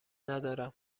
ندارم